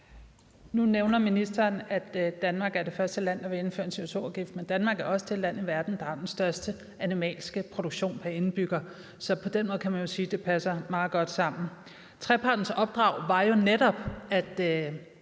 Ministeren nævner, at Danmark er det første land, der vil indføre en CO2-afgift . Men Danmark er også det land i verden, der har den største animalske produktion per indbygger, så på den måde kan man jo sige, at det passer meget godt sammen. Trepartens opdrag var jo netop at